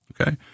Okay